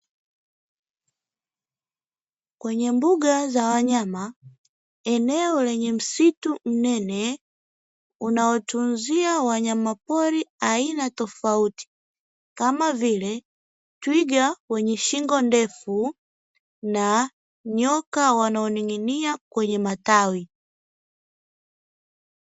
Kwenye mbuga za wanyama, eneo lenye msitu mnene unaotunzia wanyama pori aina tofauti kama vile twiga wenye shingo ndefu na nyoka wanaoning'inia kwenye matawi.